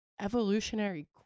evolutionary